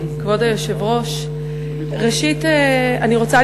כבוד היושב-ראש, ראשית, אני רוצה